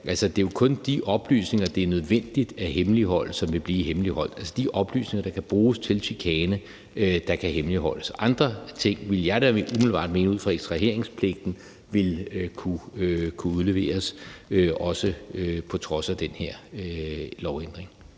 det er jo kun de oplysninger, det er nødvendigt at hemmeligholde, som vil blive hemmeligholdt. Det er de oplysninger, der kan bruges til chikane, som kan hemmeligholdes. Andre ting ville jeg da ud fra ekstraheringspligten umiddelbart mene ville kunne udleveres, også på trods af den her lovændring.